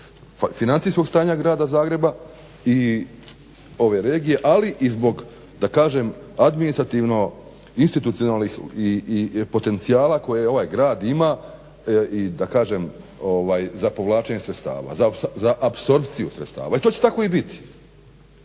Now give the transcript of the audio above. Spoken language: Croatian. financijskog stanja Grada Zagreba i ove regije, ali i zbog da kažem administrativno institucionalnih potencijala koje ovaj grad ima i da kažem za povlačenje sredstava, za apsorpciju sredstava. I to će tako i bit,